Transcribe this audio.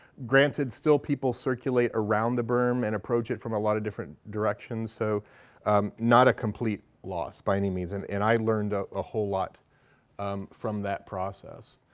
granted, still people circulate around the berm and approach it from a lot of different directions, so not a complete loss by any means. and and i learned ah a whole lot from that process.